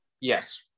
Yes